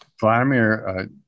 Vladimir